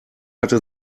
hatte